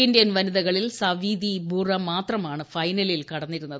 Indian വനിതകളിൽ സാവീതി ബൂറാ മാത്രമാണ് ഫൈനലിൽ കടന്നിരുന്നത്